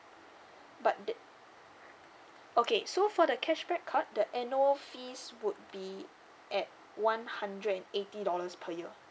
but tha~ okay so for the cashback card the annual fees would be at one hundred and eighty dollars per year